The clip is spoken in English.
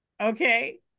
Okay